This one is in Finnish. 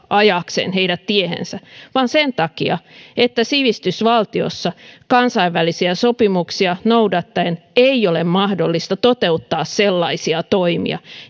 ajaakseen heidät tiehensä vaan sen takia että sivistysvaltiossa kansainvälisiä sopimuksia noudattaen ei ole mahdollista toteuttaa sellaisia toimia